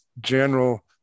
general